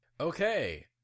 Okay